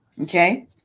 Okay